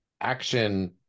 action